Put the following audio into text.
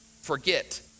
forget